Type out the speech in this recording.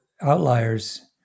Outliers